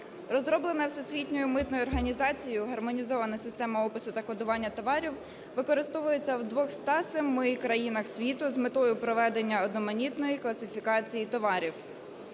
Розроблена Всесвітньою митною організацією, Гармонізована система опису та кодування товарів використовується у 207 країнах світу з метою проведення одноманітної класифікації товарів.